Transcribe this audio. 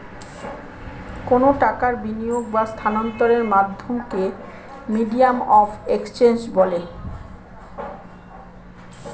কোনো টাকার বিনিয়োগ বা স্থানান্তরের মাধ্যমকে মিডিয়াম অফ এক্সচেঞ্জ বলে